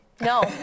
No